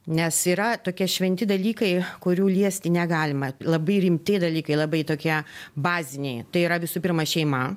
nes yra tokie šventi dalykai kurių liesti negalima labai rimti dalykai labai tokie baziniai tai yra visų pirma šeima